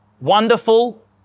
Wonderful